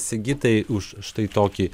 sigitai už štai tokį